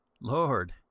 Lord